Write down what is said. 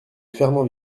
fernand